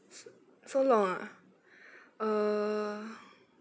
s~ so long ah uh